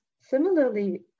similarly